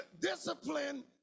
Discipline